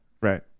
Right